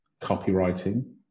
copywriting